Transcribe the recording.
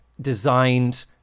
designed